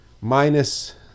minus